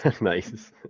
Nice